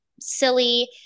silly